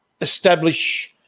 establish